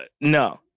No